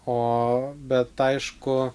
o bet aišku